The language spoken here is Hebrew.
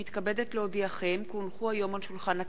מתכבדת להודיעכם, כי הונחו היום על שולחן הכנסת,